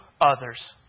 others